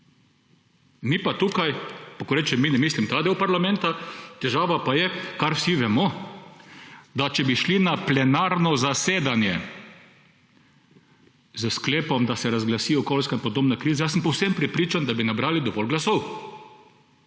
Mi pa tukaj, pa ko rečem – mi, ne mislim ta del parlamenta, težava pa je, kar vsi vemo, da če bi šli na plenarno zasedanje s sklepom, da se razglasi okoljska in podnebna kriza, jaz sem povsem prepričan, da bi nabrali dovolj glasov,